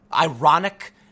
ironic